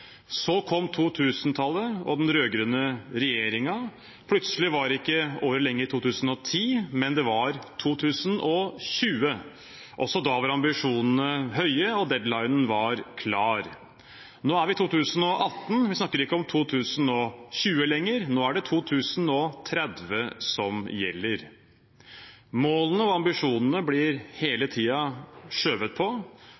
Så kom 2000-tallet og den rød-grønne regjeringen. Plutselig var ikke året lenger 2010, men 2020. Også da var ambisjonene høye, og deadlinen var klar. Nå er vi i 2018. Vi snakker ikke om 2020 lenger, nå er det 2030 som gjelder. Målene og ambisjonene blir